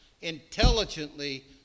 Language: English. intelligently